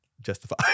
justify